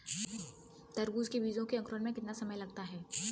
तरबूज के बीजों के अंकुरण में कितना समय लगता है?